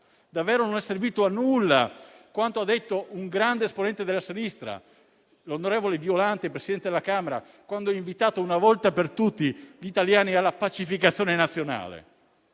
Davvero non è servito a nulla quanto ha detto un grande esponente della sinistra, l'onorevole Violante, Presidente della Camera, quando ha invitato una volta per tutte gli italiani alla pacificazione nazionale?